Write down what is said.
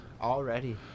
Already